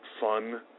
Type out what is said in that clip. Fun